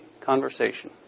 conversation